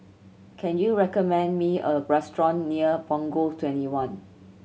can you recommend me a restaurant near Punggol Twenty one